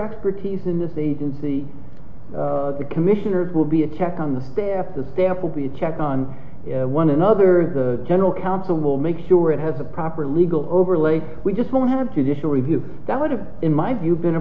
expertise in this agency the commissioners will be a check on the staff the staff will be a check on one another the general counsel will make sure it has a proper legal overlay we just won't have to dish a review that would have in my view been a